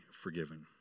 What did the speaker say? forgiven